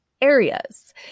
Areas